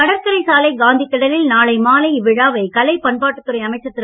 கடற்கரை சாலை காந்தி திடலில் நாளை மாலை இவ்விழாவை கலை பண்பாட்டுத் துறை அமைச்சர் திரு